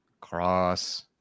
Cross